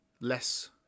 less